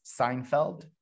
Seinfeld